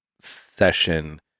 session